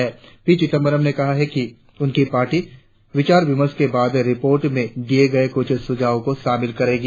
श्री चिदंबरम ने कहा कि उनकी पार्टी विचार विमर्श के बाद रिपोर्ट में दिए गए कुछ सुझावों को शामिल करेगी